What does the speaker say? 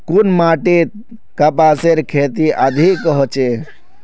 कुन माटित कपासेर खेती अधिक होचे?